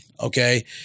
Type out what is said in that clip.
Okay